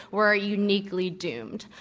were uniquely doomed.